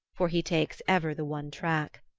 for he takes ever the one track.